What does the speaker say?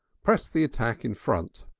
pressed the attack in front,